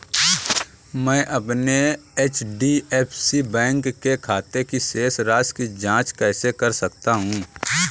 मैं अपने HDFC bank के खाते की शेष राशि की जाँच कैसे कर सकता हूँ?